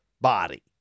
body